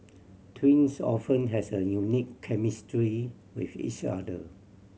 twins often has a unique chemistry with each other